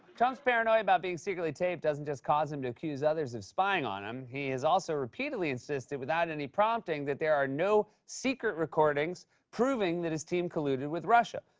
trump's paranoia about being secretly taped doesn't just cause him to accuse others of spying on him, he has also repeatedly insisted, without any prompting, that there are no secret recordings proving that his team colluded with russia.